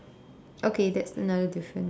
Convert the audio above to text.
okay that's another difference